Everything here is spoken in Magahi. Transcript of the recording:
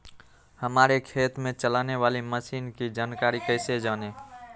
हमारे खेत में चलाने वाली मशीन की जानकारी कैसे जाने?